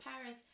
Paris